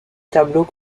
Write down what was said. tableau